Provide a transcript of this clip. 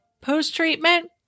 post-treatment